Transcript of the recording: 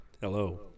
Hello